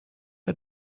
que